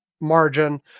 margin